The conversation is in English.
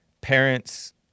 parents